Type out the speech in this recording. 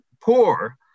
poor